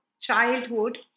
childhood